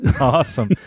Awesome